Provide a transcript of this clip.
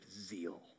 zeal